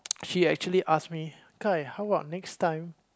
she actually ask me Kai how about next time